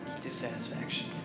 dissatisfaction